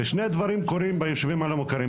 שני דברים קורים בישובים הלא מוכרים,